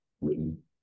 written